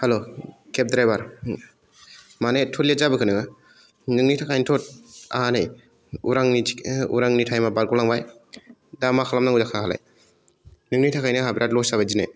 हेल' cab driver मानो एथ्थ' late जाबोखो नोङो नोंनि थाखायथ' आंहा नै उरांनि टाइमआ बारग'लांबाय दा मा खालाम नांगौ जाखो आंहालाय नोंनि थाखायनो आंहा बिराद लस जाबाय दिनै